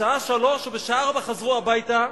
בשעה 15:00 או בשעה 16:00 חזרו הביתה,